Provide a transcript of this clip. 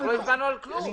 אנחנו לא הצבענו על כלום.